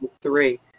three